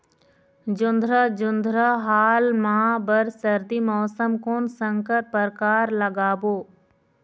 जोंधरा जोन्धरा हाल मा बर सर्दी मौसम कोन संकर परकार लगाबो?